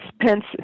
Pence